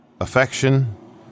affection